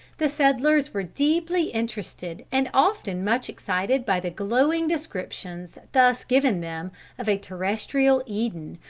the settlers were deeply interested and often much excited by the glowing descriptions thus given them of a terrestrial eden,